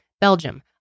Belgium